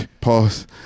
Pause